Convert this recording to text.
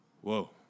Whoa